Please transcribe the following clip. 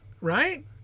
right